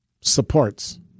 supports